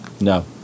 No